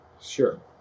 sure